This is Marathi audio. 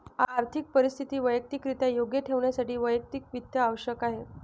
आर्थिक परिस्थिती वैयक्तिकरित्या योग्य ठेवण्यासाठी वैयक्तिक वित्त आवश्यक आहे